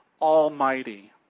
Almighty